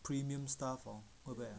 premiums stuff ah